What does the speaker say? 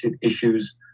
issues